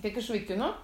tiek iš vaikino